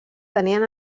tenien